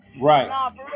Right